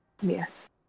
Yes